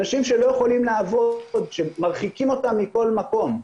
אנשים שלא יכולים לעבוד, שמרחיקים אותם מכל מקום,